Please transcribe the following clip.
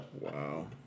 Wow